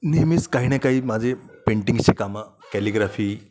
नेहमीच काही ना काही माझे पेंटिंगचे कामं कॅलिग्राफी